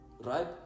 right